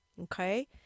okay